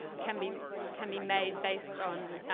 can be can be made based on